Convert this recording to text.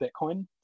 Bitcoin